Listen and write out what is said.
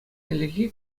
хӗллехи